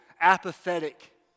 apathetic